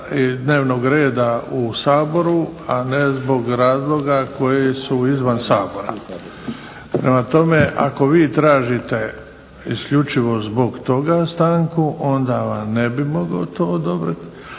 i dnevnog reda u Saboru, a ne zbog razloga koji su izvan Sabora. Prema tome, ako vi tražite isključivo zbog toga stanku onda vam ne bih mogao to odobriti,